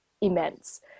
immense